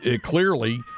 clearly –